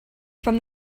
from